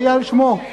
זה יהיה על שמו.